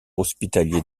hospitaliers